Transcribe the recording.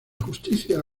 justicia